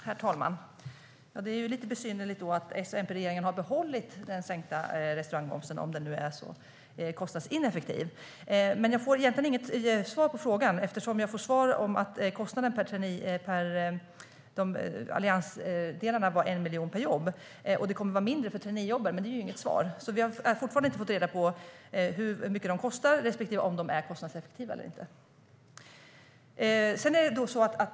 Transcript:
Herr talman! Det är lite besynnerligt att S-MP-regeringen har behållit den sänkta restaurangmomsen om den nu är så kostnadsineffektiv. Jag fick inget riktigt svar på frågan eftersom svaret var att kostnaden för alliansåtgärden var 1 miljon per jobb och att traineejobben kommer att kosta mindre. Jag har alltså ännu inte fått veta hur mycket traineejobben kostar och om de är kostnadseffektiva eller inte.